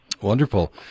Wonderful